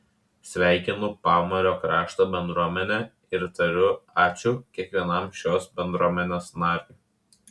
sveikinu pamario krašto bendruomenę ir tariu ačiū kiekvienam šios bendruomenės nariui